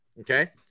okay